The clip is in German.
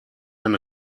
ein